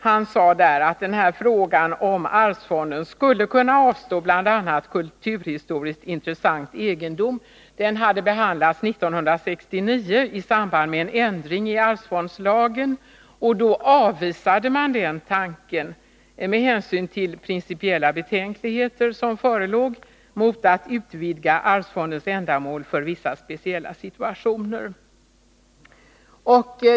Han sade där att frågan om allmänna arvsfonden skulle kunna avstå från bl.a. kulturhistoriskt intressant egendom hade behandlats 1969 i samband med en ändring av arvsfondslagen och att man då avvisade den tanken med hänsyn till principiella betänkligheter som förelåg mot att utvidga arvsfondens ändamål för vissa speciella situationer.